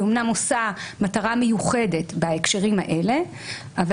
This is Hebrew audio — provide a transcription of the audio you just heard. היא אמנם עושה מטרה מיוחדת בהקשרים האלה אבל